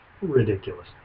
ridiculous